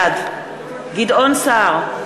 בעד גדעון סער,